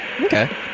Okay